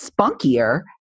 spunkier